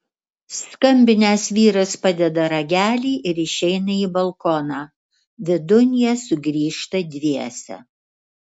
skambinęs vyras padeda ragelį ir išeina į balkoną vidun jie sugrįžta dviese